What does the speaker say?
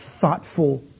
thoughtful